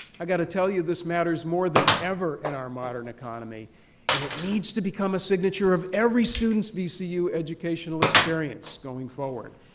i've got to tell you this matters more than ever in our modern economy and it needs to become a signature of every student's vcu educational experience going forward.